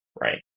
right